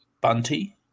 Bunty